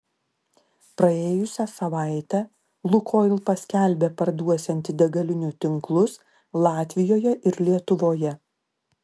praėjusią savaitę lukoil paskelbė parduosianti degalinių tinklus latvijoje ir lietuvoje